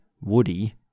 Woody